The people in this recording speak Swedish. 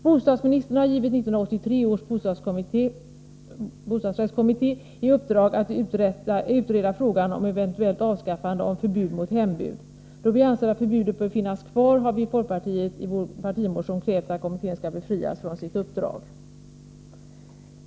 Bostadsministern har givit 1983 års bostadsrättskommitté i uppdrag att utreda frågan om eventuellt avskaffande av förbudet mot hembud. Då vi anser att förbudet bör finnas kvar har vi i folkpartiet i vår partimotion krävt att kommittén skall befrias från sitt uppdrag.